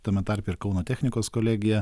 tame tarpe ir kauno technikos kolegija